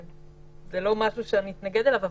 שזה לא משהו שנתנגד אליו.